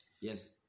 Yes